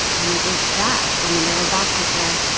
and it was vast. i mean, there were boxes there,